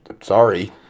sorry